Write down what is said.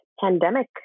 pandemic